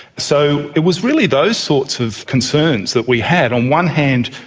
so it was really those sorts of concerns that we had. on one hand,